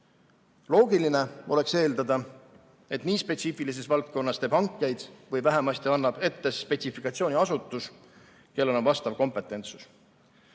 Loogiline oleks eeldada, et nii spetsiifilises valdkonnas teeb hankeid või vähemasti annab ette spetsifikatsiooni asutus, kellel on vastav kompetentsus.